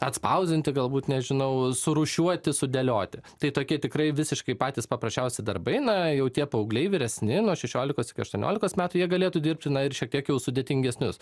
atspausdinti galbūt nežinau surūšiuoti sudėlioti tai tokie tikrai visiškai patys paprasčiausi darbai na jau tie paaugliai vyresni nuo šešiolikos iki aštuoniolikos metų jie galėtų dirbti na ir šiek tiek jau sudėtingesnius